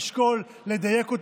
לשקול ולדייק,